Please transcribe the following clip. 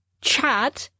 chad